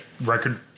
record